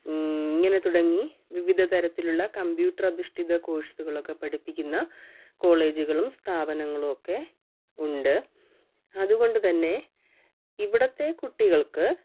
ഇങ്ങനെ തുടങ്ങി വിവിധ തരത്തിലുള്ള കമ്പ്യൂട്ടർ അധിഷ്ഠിത കോഴ്സുകളൊക്കെ പഠിപ്പിക്കുന്ന കോളേജുകളും സ്ഥാപനങ്ങളും ഒക്കെ ഉണ്ട് അതുകൊണ്ട് തന്നെ ഇവിടത്തെ കുട്ടികൾക്ക്